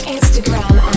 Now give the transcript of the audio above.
Instagram